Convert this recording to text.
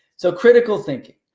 so critical thinking.